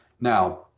Now